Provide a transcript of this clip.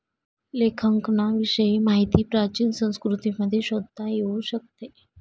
लेखांकनाविषयी माहिती प्राचीन संस्कृतींमध्ये शोधता येऊ शकते